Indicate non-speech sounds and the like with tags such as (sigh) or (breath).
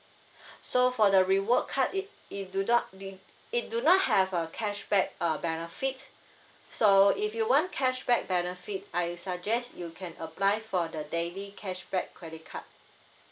(breath) so for the reward card it it do not di~ it do not have a cashback uh benefits so if you want cashback benefit I suggest you can apply for the daily cashback credit card